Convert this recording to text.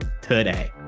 today